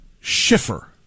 Schiffer